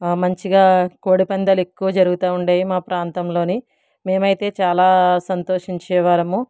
మంచిగా కోడి పందాలు ఎక్కువగా జరుగుతా ఉండేవి మా ప్రాంతంలోన మేమైతే చాలా సంతోషించేవారము